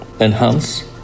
enhance